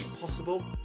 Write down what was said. possible